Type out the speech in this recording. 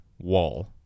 wall